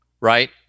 right